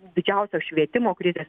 didžiausios švietimo krizės